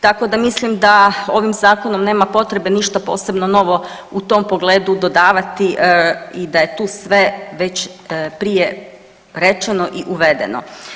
Tako da mislim da ovim zakonom nema potrebe ništa posebno novo u tom pogledu dodavati i da je tu sve već prije rečeno i uvedeno.